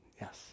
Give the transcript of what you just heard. Yes